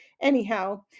Anyhow